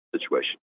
situation